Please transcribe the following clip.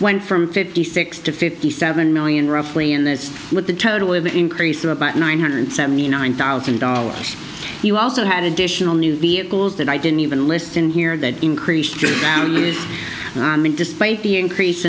went from fifty six to fifty seven million roughly and that's what the total of the increase to about nine hundred seventy nine thousand dollars you also had additional new vehicles that i didn't even list in here that increased despite the increase